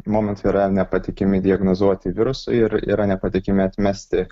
momentui yra nepatikimi diagnozuoti virusui ir yra nepatikimi atmesti